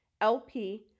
LP